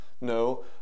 No